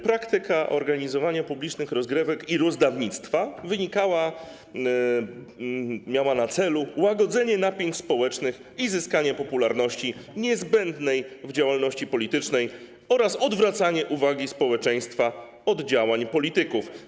Praktyka organizowania publicznych rozgrywek i rozdawnictwa miała na celu łagodzenie napięć społecznych i zyskiwanie popularności niezbędnej w działalności politycznej oraz odwracanie uwagi społeczeństwa od działań polityków.